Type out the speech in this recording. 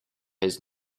his